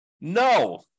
No